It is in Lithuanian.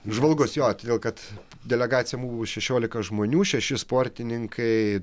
žvalgus jo todėl kad delegacija buvo šešiolika žmonių šeši sportininkai